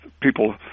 people